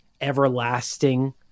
everlasting